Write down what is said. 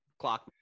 Clock